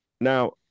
Now